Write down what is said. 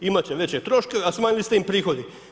Imat će veće troškove, a smanjili ste im prihode.